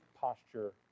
posture